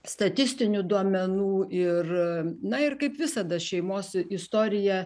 statistinių duomenų ir na ir kaip visada šeimos istorija